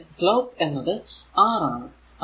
അതിന്റെ സ്ലോപ് എന്നത് R ആണ്